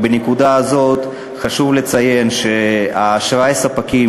בנקודה הזאת חשוב לציין שאשראי ספקים,